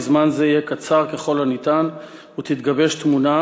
זמן זה יהיה קצר ככל הניתן ותתגבש תמונה,